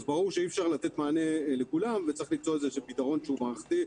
אז ברור שאי אפשר לתת מענה לכולם וצריך למצוא איזשהו פתרון שהוא מערכתי.